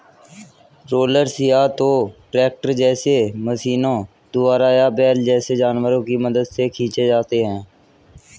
rollers या तो tractor जैसे मशीनों द्वारा या बैल जैसे जानवरों की मदद से खींचे जाते हैं